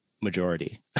majority